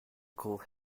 could